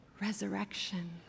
Resurrection